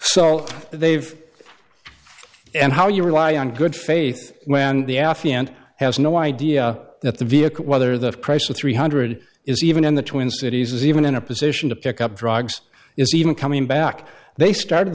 so they've and how you rely on good faith when the affiant has no idea that the vehicle whether the chrysler three hundred is even in the twin cities is even in a position to pick up drugs is even coming back they started